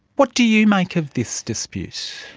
what do you make of this dispute?